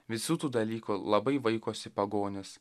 visų tų dalykų labai vaikosi pagonys